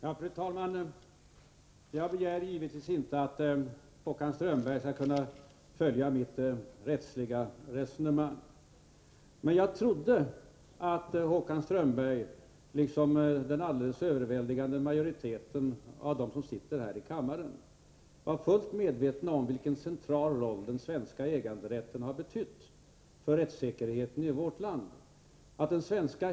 Fru talman! Jag begär givetvis inte att Håkan Strömberg skall kunna följa mitt rättsliga resonemang. Men jag trodde att Håkan Strömberg, liksom den alldeles överväldigande majoriteten av dem som sitter här i kammaren, var fullt medveten om vilken central roll den svenska äganderätten haft för rättssäkerheten i vårt land.